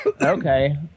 Okay